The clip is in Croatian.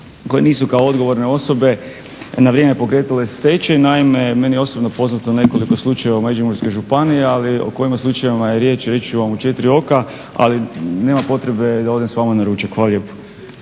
koje nisu kao odgovorne osobe na vrijeme pokretale stečaj. Naime, meni je osobno poznato nekoliko slučajeva u Međimurskoj županiji, ali o kojim slučajevima je riječ reći ću vam u 4 oka, ali nema potrebe da odem s vama na ručak. Hvala lijepa.